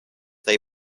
they